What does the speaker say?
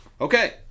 Okay